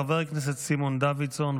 חבר הכנסת סימון דוידסון.